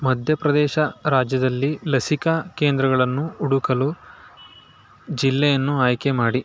ಮಧ್ಯ ಪ್ರದೇಶ ರಾಜ್ಯದಲ್ಲಿ ಲಸಿಕಾ ಕೇಂದ್ರಗಳನ್ನು ಹುಡುಕಲು ಜಿಲ್ಲೆಯನ್ನು ಆಯ್ಕೆ ಮಾಡಿ